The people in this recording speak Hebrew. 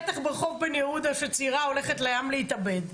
בטח ברחוב בן יהודה שצעירה הולכת לים להתאבד,